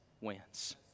wins